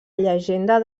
llegenda